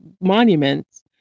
monuments